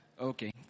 Okay